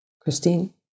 Christine